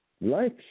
life